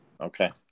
okay